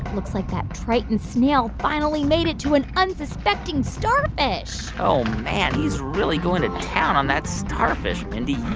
looks like that triton snail finally made it to an unsuspecting starfish oh, man. he's really going to town on that starfish, mindy.